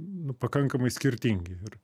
nu pakankamai skirtingi ir